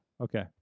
okay